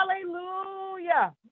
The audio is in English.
hallelujah